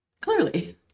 Clearly